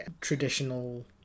traditional